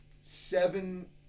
seven